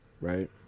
right